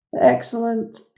Excellent